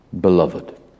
beloved